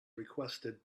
requested